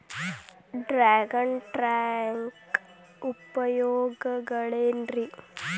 Dragon tank ಉಪಯೋಗಗಳೆನ್ರಿ?